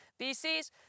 BCs